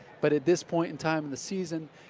but at this point in time of the season,